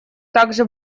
также